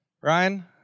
Ryan